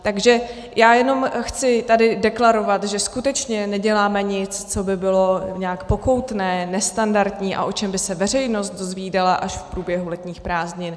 Takže já jenom chci tady deklarovat, že skutečně neděláme nic, co by bylo nějak pokoutní, nestandardní a o čem by se veřejnost dozvídala až v průběhu letních prázdnin.